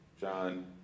John